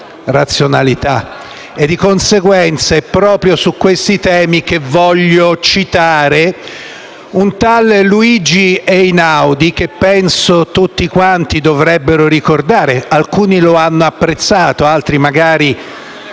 e di conseguenza è proprio su questi temi che voglio citare un tale Luigi Einaudi, che penso tutti quanti dovrebbero ricordare - alcuni lo hanno apprezzato, altri magari